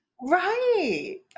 right